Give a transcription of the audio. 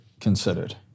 considered